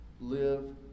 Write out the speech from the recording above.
live